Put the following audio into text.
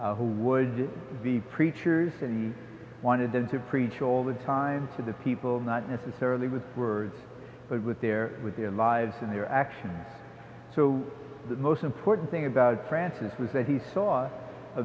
brothers who would be preachers and he wanted them to preach all the time for the people not necessarily with words but with their with their lives and their actions so the most important thing about francis was that he saw a